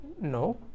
no